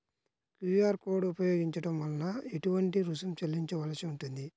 QR code ఉపయోగించటం వలన ఏటువంటి రుసుం చెల్లించవలసి ఉంటుంది?